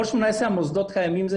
אני גם חבר בתת ועדה של המועצה שהיא הוועדה